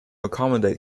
accommodate